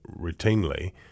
routinely